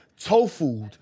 tofu